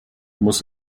muss